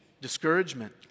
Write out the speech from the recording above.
discouragement